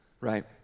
Right